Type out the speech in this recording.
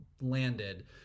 landed